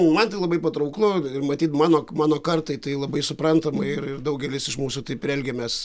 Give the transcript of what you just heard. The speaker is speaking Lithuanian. man tai labai patrauklu ir matyt mano mano kartai tai labai suprantama ir daugelis iš mūsų taip ir elgiamės